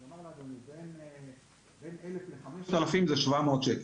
אני אומר לאדוני, בין 1,000 ל-5,000 זה 700 שקלים.